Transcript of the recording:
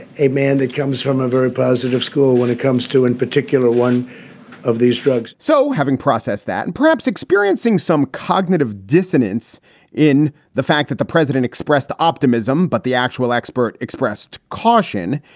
a man that comes from a very positive school when it comes to in particular, one of these drugs so having processed that and perhaps experiencing some cognitive dissonance in the fact that the president expressed optimism, but the actual expert expressed caution,